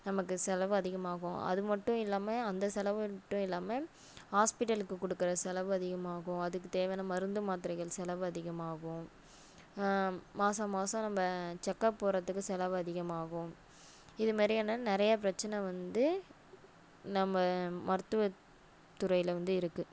நமக்கு செலவு அதிகமாகும் அது மட்டும் இல்லாமல் அந்த செலவு மட்டும் இல்லாமல் ஹாஸ்பிட்டலுக்குக் கொடுக்கிற செலவு அதிகமாகும் அதுக்கு தேவையான மருந்து மாத்திரைகள் செலவு அதிகமாகவும் மாசமாசம் நம்ம செக்கப் போகிறதுக்கு செலவு அதிகமாகும் இதுமாரியான நிறைய பிரச்சனை வந்து நம்ம மருத்துவத்துறையில் வந்து இருக்குது